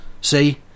See